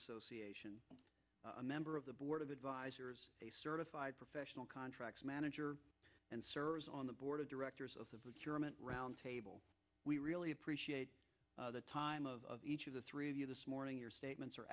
association a member of the board of advisors a certified professional contracts manager and serves on the board of directors of the roundtable we really appreciate the time of each of the three of you this morning your statements are